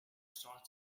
short